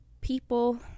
People